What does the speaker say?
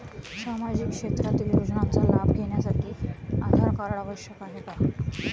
सामाजिक क्षेत्रातील योजनांचा लाभ घेण्यासाठी आधार कार्ड आवश्यक आहे का?